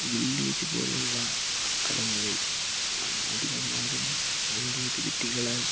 village പോലുള്ള സ്ഥലങ്ങളിൽ അധികം ആരും സാങ്കേതിക വിദ്യകളാൽ